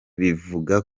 bivuga